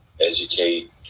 educate